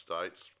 States